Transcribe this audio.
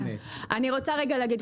אני רוצה להגיד,